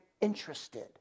interested